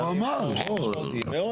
אז אני אומר, אנחנו רואים קושי משמעותי מאוד.